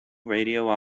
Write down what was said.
radio